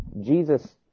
Jesus